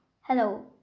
Hello